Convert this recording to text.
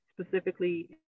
specifically